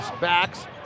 backs